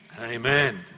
Amen